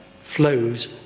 flows